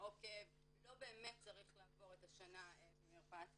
או כאב לא באמת צריך לעבור את השנה במרפאת כאב.